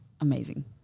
amazing